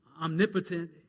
omnipotent